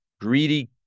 greedy